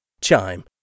Chime